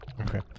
Okay